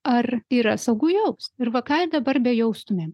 ar yra saugu jaust ir va ką ir dabar bejaustumėm